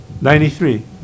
Ninety-three